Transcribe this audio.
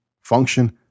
Function